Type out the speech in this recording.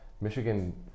Michigan